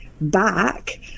back